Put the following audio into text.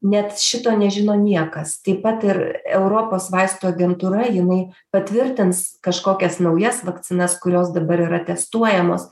net šito nežino niekas taip pat ir europos vaistų agentūra jinai patvirtins kažkokias naujas vakcinas kurios dabar yra testuojamos